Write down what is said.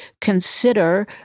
consider